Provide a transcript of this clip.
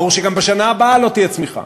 ברור שגם בשנה הבאה לא תהיה צמיחה.